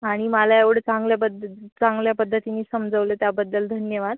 आणि मला एवढं चांगल्या बद्द चांगल्या पद्धतीने समजावलं त्याबद्दल धन्यवाद